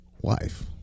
wife